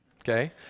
Okay